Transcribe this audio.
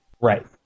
Right